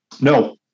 No